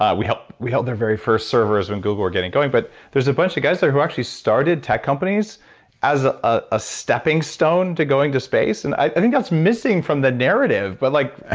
we helped we helped their very first servers when google were getting going, but there's a bunch of guys there who actually started tech companies as a stepping stone to going to space. and i think that's missing from the narrative. but like ah